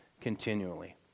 continually